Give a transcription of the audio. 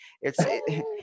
it's-